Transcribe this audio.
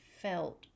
felt